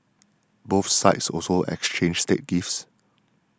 both sides also exchanged state gifts